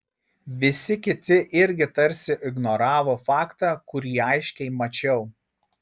visi kiti irgi tarsi ignoravo faktą kurį aiškiai mačiau